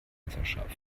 messerscharf